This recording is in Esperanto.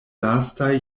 lastaj